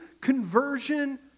conversion